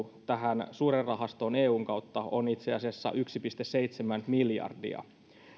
tähän sure rahastoon eun kautta on itse asiassa yksi pilkku seitsemän miljardia